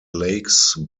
lakes